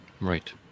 Right